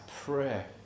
prayer